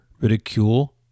ridicule